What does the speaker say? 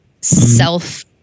self